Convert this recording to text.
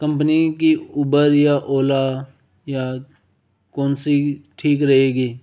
company की Uber या ओला या कौन सी ठीक रहेगी